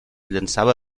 llançava